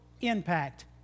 impact